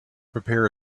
prepare